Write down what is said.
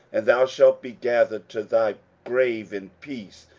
and thou shalt be gathered to thy grave in peace,